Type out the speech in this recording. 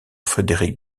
frédéric